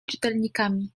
czytelnikami